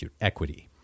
equity